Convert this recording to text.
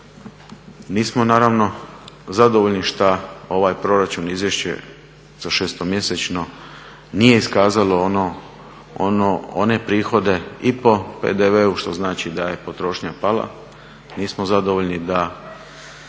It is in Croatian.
Nismo naravno zadovoljni što ovaj proračun izvješće za šestomjesečno nije iskazalo one prihode i po PDV-u što znači da je potrošnja pala, nismo zadovoljni da